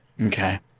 Okay